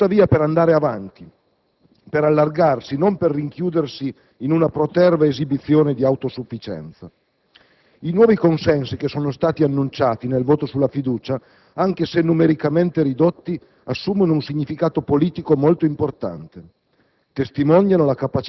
ripartire da qui, ma per andare avanti, per allargarsi e non per rinchiudersi in una proterva esibizione di autosufficienza. I nuovi consensi annunciati nel voto sulla fiducia, anche se numericamente ridotti, assumono un significato politico molto importante: